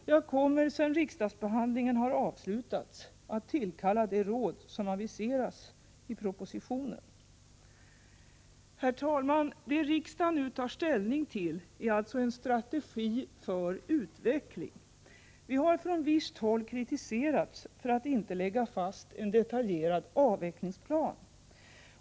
Jag kommer, sedan riksdagsbehandlingen har avslutats, att tillkalla det råd som aviseras i propositionen. Herr talman! Det riksdagen nu tar ställning till är alltså en strategi för utveckling! Vi har från visst håll kritiserats för att inte lägga fast en detaljerad avvecklingsplan.